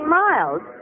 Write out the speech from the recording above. miles